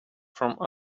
from